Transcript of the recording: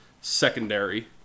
secondary